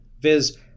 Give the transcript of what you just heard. viz